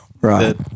Right